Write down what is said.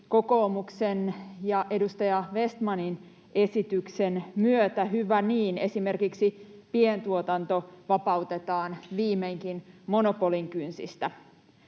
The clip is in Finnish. kokoomuksen ja edustaja Vestmanin esityksen myötä, hyvä niin. Esimerkiksi pientuotanto vapautetaan viimeinkin monopolin kynsistä.